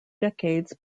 decades